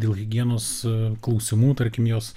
dėl higienos klausimų tarkim jos